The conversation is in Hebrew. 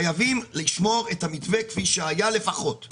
חייבים לשמור את המתווה כפי שהיה לפחות.